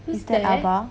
is that abah